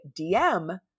DM